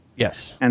Yes